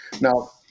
Now